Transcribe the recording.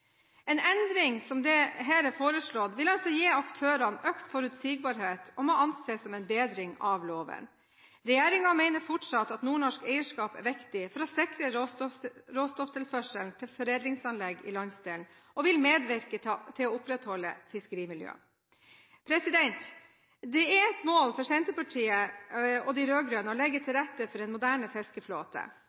En endring som her er foreslått, vil altså gi aktørene økt forutsigbarhet og må anses som en bedring av loven. Regjeringen mener fortsatt at nordnorsk eierskap er viktig for å sikre råstofftilførselen til foredlingsanlegg i landsdelen, og vil medvirke til å opprettholde et fiskerimiljø. Det er et mål for Senterpartiet og de rød-grønne å legge til rette for en moderne fiskeflåte.